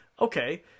okay